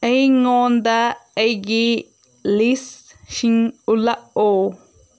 ꯑꯩꯉꯣꯟꯗ ꯑꯩꯒꯤ ꯂꯤꯁꯁꯤꯡ ꯎꯠꯂꯛꯎ